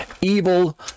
evil